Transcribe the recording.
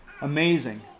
Amazing